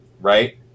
right